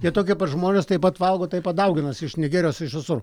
jie tokie pat žmonės taip pat valgo taip pat dauginasi iš nigerijos iš visur